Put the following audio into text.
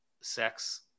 sex